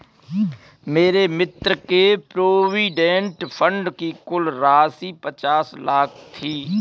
मेरे मित्र के प्रोविडेंट फण्ड की कुल राशि पचास लाख थी